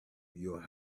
your